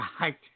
right